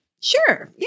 sure